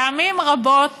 פעמים רבות